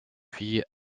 fille